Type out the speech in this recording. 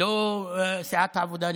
לא סיעת העבודה,